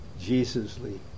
Jesusly